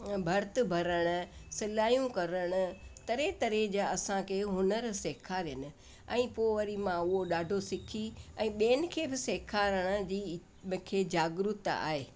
भर्त भरण सिलायूं करण तरह तरह जा असांखे हुनर सेखारियनि ऐं पोइ वरी मां उहो ॾाढो सिखी ऐं ॿियनि खे बि सेखारण जी मूंखे जागरुकता आहे हा